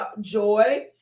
Joy